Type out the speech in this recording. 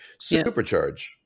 supercharge